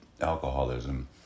alcoholism